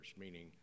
meaning